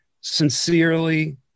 sincerely